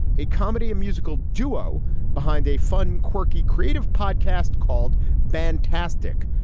a comedy, a musical duo behind a fun, quirky, creative podcast called band tastic.